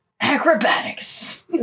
Acrobatics